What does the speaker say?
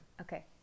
Okay